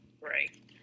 Right